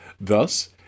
Thus